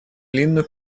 линну